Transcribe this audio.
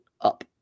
up